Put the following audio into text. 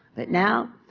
but now,